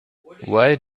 why